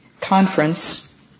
conference